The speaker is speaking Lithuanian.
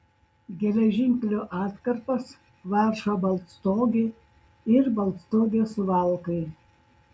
geležinkelio atkarpas varšuva baltstogė ir baltstogė suvalkai